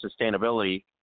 sustainability